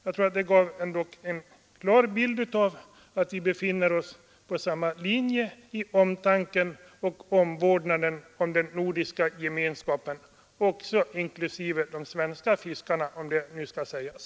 Jag tror de gav en klar bild av att vi befinner oss på samma linje i omtanken och omvårdnaden om den nordiska gemenskapen — inklusive de svenska fiskarna, om det nu skall sägas.